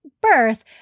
birth